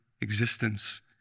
existence